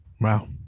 Wow